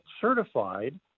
certified